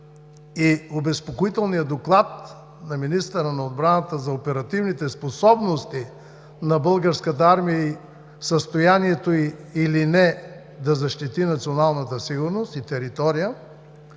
от обезпокоителния доклад на министъра на отбраната за оперативните способности на българската армия и състоянието й да защити или не националната сигурност и територия,